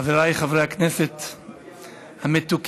חבריי חברי הכנסת המתוקים,